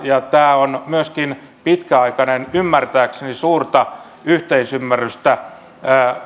tämä on myöskin pitkäaikainen ymmärtääkseni suurta yhteisymmärrystä